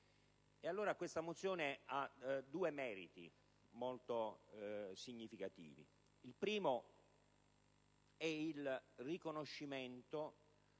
Questa mozione ha due meriti molto significativi. Il primo è il riconoscimento